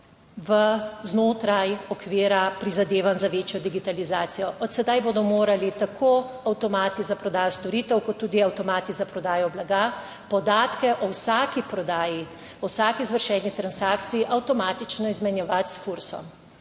v znotraj okvira prizadevanj za večjo digitalizacijo. Od sedaj bodo morali tako avtomati za prodajo storitev kot tudi avtomati za prodajo blaga podatke o vsaki prodaji, o vsaki izvršeni transakciji avtomatično izmenjevati s FURSOM.